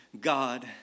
God